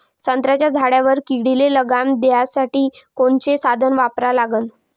संत्र्याच्या झाडावर किडीले लगाम घालासाठी कोनचे साधनं वापरा लागन?